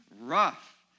rough